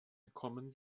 gekommen